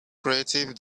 creative